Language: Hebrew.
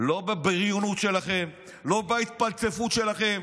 לא בבריונות שלכם, לא בהתפלספות שלכם,